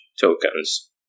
tokens